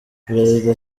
perezida